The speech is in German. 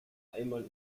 einmal